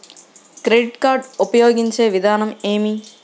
Credit card ఉపయోగించే విధానం ఏమి?